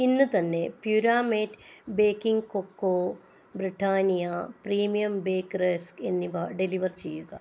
ഇന്ന് തന്നെ Puramate baking cocoa Britannia premium bake rusk എന്നിവ ഡെലിവർ ചെയ്യുക